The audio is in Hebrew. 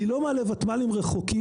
אני לא מעלה ותמ"לים רחוקים.